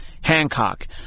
Hancock